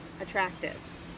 Attractive